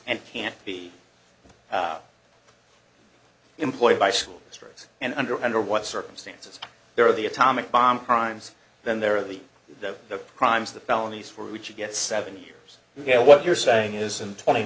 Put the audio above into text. and can't be employed by school districts and under under what circumstances there are the atomic bomb crimes then there are the the crimes the felonies for which you get seven years you get what you're saying is and twenty